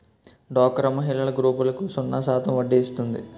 డోక్రా మహిళల గ్రూపులకు సున్నా శాతం వడ్డీ ఇస్తుంది